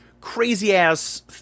crazy-ass